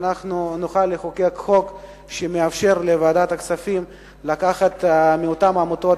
שנוכל לחוקק חוק שמאפשר לוועדת הכספים לקחת מאותן עמותות